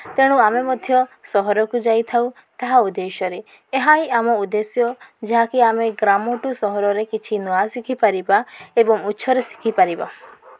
ତେଣୁ ଆମେ ମଧ୍ୟ ସହରକୁ ଯାଇଥାଉ ତାହା ଉଦ୍ଦେଶ୍ୟରେ ଏହା ହିଁ ଆମ ଉଦ୍ଦେଶ୍ୟ ଯାହାକି ଆମେ ଗ୍ରାମଠୁ ସହରରେ କିଛି ନୂଆ ଶିଖିପାରିବା ଏବଂ ଉଚ୍ଚରେ ଶିଖିପାରିବା